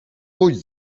pójdź